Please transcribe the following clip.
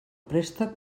préstec